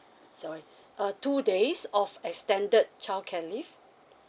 sorry uh two days of extended childcare leave